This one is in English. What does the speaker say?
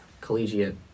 collegiate